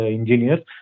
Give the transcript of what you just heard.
engineers